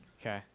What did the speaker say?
Okay